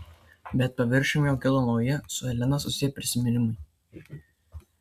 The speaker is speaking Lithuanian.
bet paviršiun jau kilo nauji su elena susiję prisiminimai